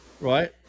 right